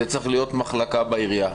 זה צריך להיות מחלקה בעירייה.